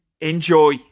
enjoy